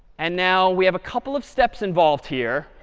and now we have a couple of steps involved here.